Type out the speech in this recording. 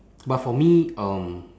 but for me um